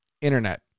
internet